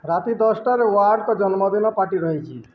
ରାତି ଦଶଟାରେ ୱାଟଙ୍କ ଜନ୍ମଦିନ ପାର୍ଟି ରହିଛି